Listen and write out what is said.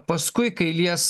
paskui kai lies